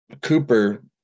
Cooper